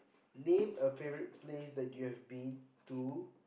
name a favourite place that you have been to